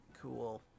cool